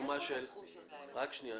אישרנו את החוק באופן עקרוני ונניח שמישהו